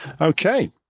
Okay